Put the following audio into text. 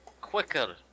quicker